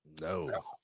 No